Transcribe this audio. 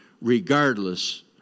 regardless